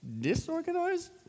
disorganized